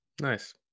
Nice